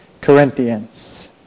Corinthians